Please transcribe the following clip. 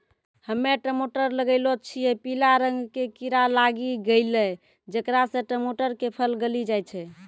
हम्मे टमाटर लगैलो छियै पीला रंग के कीड़ा लागी गैलै जेकरा से टमाटर के फल गली जाय छै?